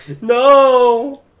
No